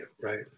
right